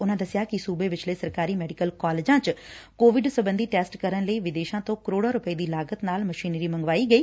ਉਨਾਂ ਦਸਿਆ ਕਿ ਸੁਬੇ ਵਿਚਲੇ ਸਰਕਾਰੀ ਮੈਡੀਕਲ ਕਾਲਜਾਂ ਚ ਕੋਵਿਡ ਸਬੰਧੀ ਟੈਸਟ ਕਰਨ ਲਈ ਵਿਦੇਸ਼ਾਂ ਤੋਂ ਕਰੋੜਾਂ ਰੁਪਏ ਦੀ ਲਾਗਤ ਨਾਲ ਮਸ਼ੀਨਰੀ ਮੰਗਵਾਈ ਗਈ